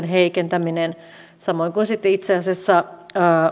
heikentäminen samoin kuin itse asiassa